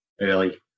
early